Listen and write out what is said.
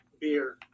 Beer